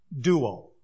duo